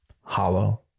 hollow